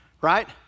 right